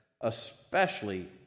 especially